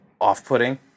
off-putting